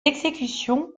exécutions